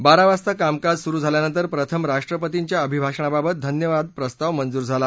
बारा वाजता कामकाज सुरू झाल्यानंतर प्रथम राष्ट्रपतींच्या अभिभाषणाबाबत धन्यवाद प्रस्ताव मंजूर झाला